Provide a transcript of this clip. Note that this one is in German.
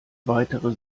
weitere